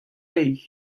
deiz